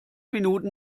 minuten